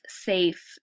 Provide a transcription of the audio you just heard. safe